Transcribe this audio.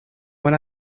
when